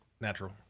Natural